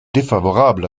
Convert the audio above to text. défavorable